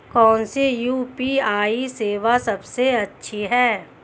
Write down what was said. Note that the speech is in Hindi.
कौन सी यू.पी.आई सेवा सबसे अच्छी है?